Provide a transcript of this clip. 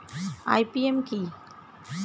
IPM কি?